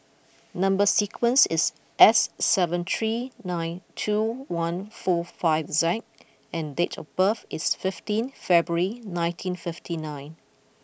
number sequence is S seven three nine two one four five Z and date of birth is fifteen February nineteen fifty nine